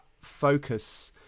focus